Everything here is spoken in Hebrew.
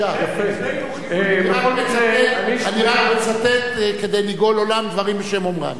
רק מצטט, כדי לגאול עולם, דברים בשם אומרם.